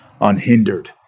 unhindered